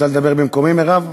את רוצה לדבר במקומי, מירב?